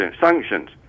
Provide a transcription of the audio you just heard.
sanctions